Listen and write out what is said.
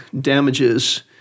damages